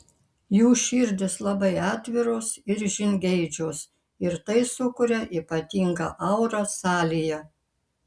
jų širdys labai atviros ir žingeidžios ir tai sukuria ypatingą aurą salėje